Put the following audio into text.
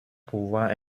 pouvoir